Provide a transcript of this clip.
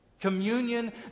Communion